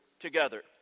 Together